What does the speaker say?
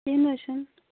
کیٚنٛہہ نہ حظ چھُنہٕ